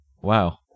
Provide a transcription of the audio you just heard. Wow